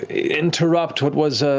interrupt what was